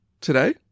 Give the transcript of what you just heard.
today